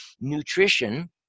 nutrition